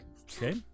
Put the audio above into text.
Okay